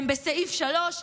הם בסעיף 3,